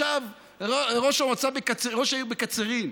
ישב ראש העיר בקצרין,